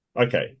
Okay